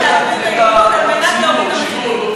להגביר את היעילות על מנת להוריד את המחירים,